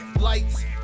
Lights